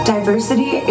Diversity